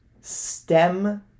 STEM